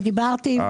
דיברתי עם